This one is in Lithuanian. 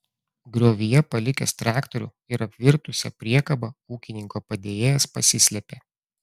griovyje palikęs traktorių ir apvirtusią priekabą ūkininko padėjėjas pasislėpė